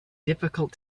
difficult